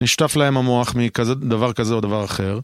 נשטף להם המוח מדבר כזה או דבר אחר.